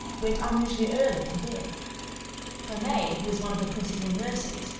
went unusually early to bed her maid, who was one of the principal nurses,